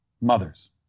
mothers